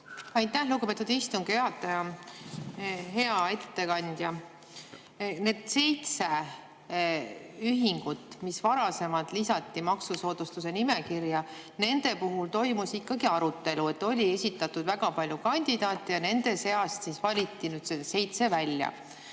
Aitäh, lugupeetud istungi juhataja! Hea ettekandja! Seitse ühingut, mis varasemalt lisati maksusoodustuse nimekirja – nende puhul toimus ikkagi arutelu. Oli esitatud väga palju kandidaate ja nende seast valiti välja seitse.